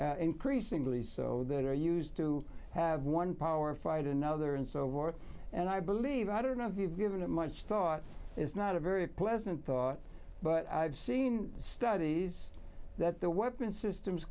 increasingly so they're used to have one power fight another and so forth and i believe i don't know if you've given it much thought it's not a very pleasant thought but i've seen studies that the weapon systems